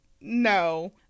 no